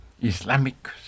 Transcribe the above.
Islamic